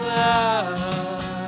love